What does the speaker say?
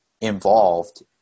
involved